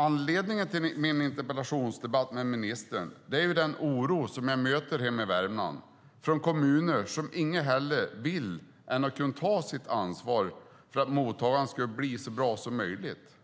Anledningen till min interpellationsdebatt med ministern är den oro som jag möter hemma i Värmland från kommuner som inget hellre vill än kunna ta sitt ansvar för att mottagandet ska bli så bra som möjligt.